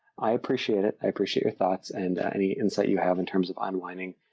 i appreciate it. i appreciate your thoughts and any insight you have in terms of onlining,